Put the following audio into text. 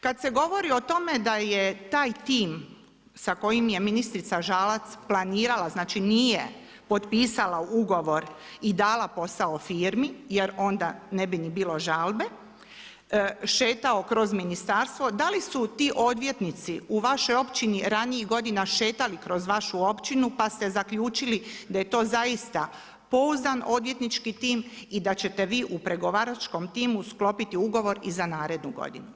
Kada se govori o tome da je taj tim sa kojim je ministrica Žalac planirala, znači nije potpisala ugovor i dala posao firmi, jer onda ne bi niti bilo žalbe, šetao kroz ministarstvo, da li su ti odvjetnici i vašoj općini ranijih godina šetali kroz vašu općinu pa ste zaključili da je to zaista pouzdan odvjetnički tim i da ćete vi u pregovaračkom timu sklopiti ugovor i za narednu godinu?